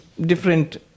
different